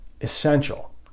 essential